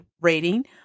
rating